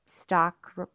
stock